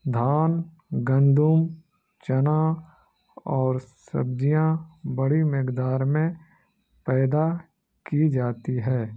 دھان گندم چنا اور سبجیاں بڑی مقدار میں پیدا کی جاتی ہے